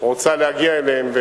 רוצים להגיע אליהם,